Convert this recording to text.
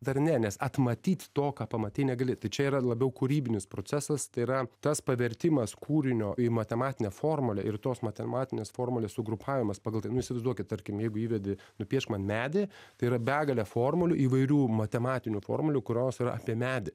dar ne nes atmatyt to ką pamatei negali čia yra labiau kūrybinis procesas tai yra tas pavertimas kūrinio į matematinę formulę ir tos matematinės formulės sugrupavimas pagal tai nu įsivaizduokit tarkim jeigu įvedi nupiešk man medį tai yra begalė formulių įvairių matematinių formulių kurios yra apie medį